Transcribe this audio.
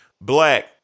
Black